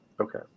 Okay